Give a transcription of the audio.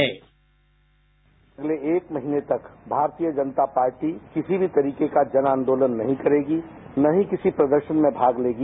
sound bite अगले एक महीने तक भारतीय जनता पार्टी किसी भी तरह का जन आंदोलन नहीं करेगी न ही किसी प्रदर्शन में भाग लेगी